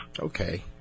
Okay